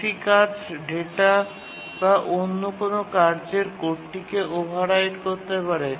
একটি কাজ ডেটা বা অন্য কোনও কার্যের কোডটিকে ওভাররাইট করতে পারে